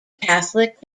catholic